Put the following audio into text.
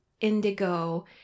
indigo